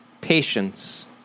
Patience